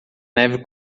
neve